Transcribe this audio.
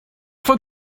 faut